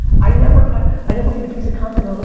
i never ah i never made a piece of content,